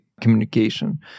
communication